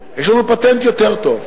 יש לנו פטנט יותר טוב.